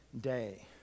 day